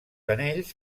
anells